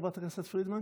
חברת הכנסת פרידמן?